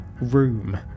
room